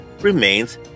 remains